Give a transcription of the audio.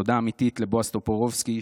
תודה אמיתית לבועז טופורובסקי,